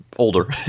older